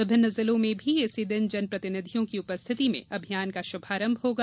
विभिन्न जिलों में भी इसी दिन जन प्रतिनिधियों की उपस्थिति में अभियान का शुभारंभ होगा